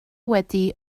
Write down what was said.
wedi